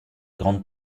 grande